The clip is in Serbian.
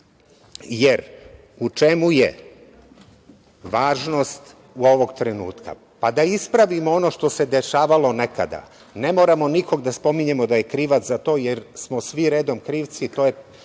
jer u čemu je važnost ovog trenutka? Da ispravimo ono što se dešavalo, ne moramo nikog da spominjemo da je krivac za to, jer smo svi redom krivci, to je